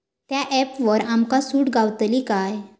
त्या ऍपवर आमका सूट गावतली काय?